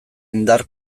indar